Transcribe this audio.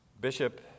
Bishop